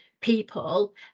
people